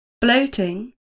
bloating